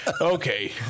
okay